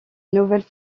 nouvelles